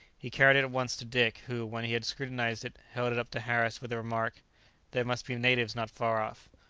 he carried it at once to dick, who, when he had scrutinized it, held it up to harris, with the remark there must be natives not far off.